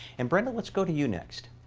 and brenda, let's go to you next.